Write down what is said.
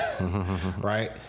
right